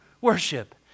worship